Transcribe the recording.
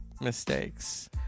mistakes